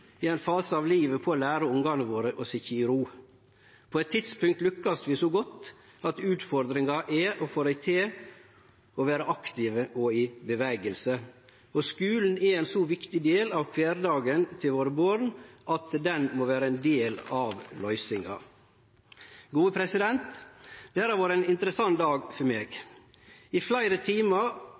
i ein fase av livet på å lære ungane våre å sitje i ro. På eit tidspunkt lukkast vi så godt at utfordringa er å få dei til å vere aktive og i bevegelse. Skulen er ein så viktig del av kvardagen til våre born at han må vere ein del av løysinga. Dette har vore ein interessant dag for meg. I fleire timar